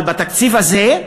אבל בתקציב הזה,